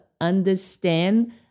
understand